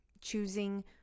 Choosing